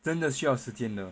真的需要时间的